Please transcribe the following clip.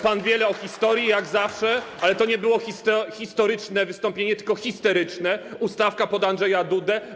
Pan wiele o historii, jak zawsze, ale to nie było historyczne wystąpienie, tylko histeryczne, ustawka pod Andrzeja Dudę.